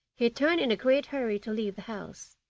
he turned in a great hurry to leave the house,